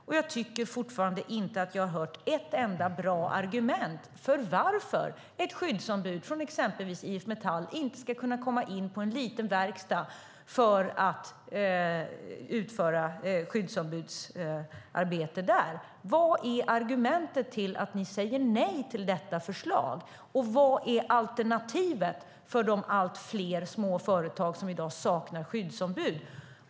Och jag tycker fortfarande att jag inte har hört ett enda bra argument för varför ett skyddsombud från exempelvis IF Metall inte ska kunna komma in på en liten verkstad för att utföra skyddsombudsarbete där. Vad är argumentet för att ni säger nej till detta förslag? Och vad är alternativet för de allt fler små företag som i dag saknar skyddsombud?